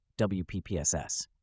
WPPSS